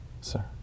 sir